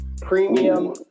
premium